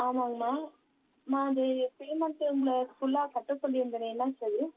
ஆமாங்கம்மா அம்மா அது பேமெண்ட்டு உங்களை ஃபுல்லாக கட்ட சொல்லியிருந்தேனே என்னாச்சு அது